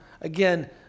again